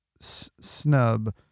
snub